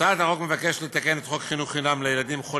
הצעת החוק מבקשת לתקן את חוק חינוך חינם לילדים חולים,